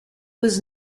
was